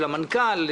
של המנכ"ל,